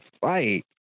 fight